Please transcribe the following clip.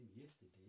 yesterday